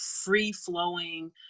free-flowing